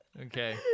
Okay